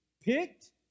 picked